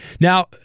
Now